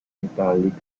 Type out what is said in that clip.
metallica